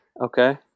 Okay